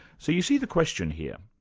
so you see the question here.